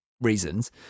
reasons